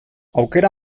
aukera